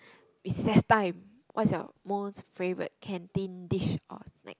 recess time what's your most favourite canteen dish or snack